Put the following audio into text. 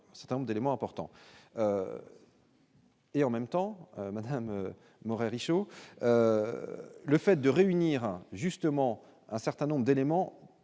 c'est un nombre d'éléments importants. Et en même temps, madame Moret Richaud, le fait de réunir justement un certain nombre d'éléments